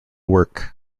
work